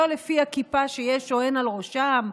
לא לפי הכיפה שיש או אין על ראשם,